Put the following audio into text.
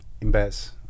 invest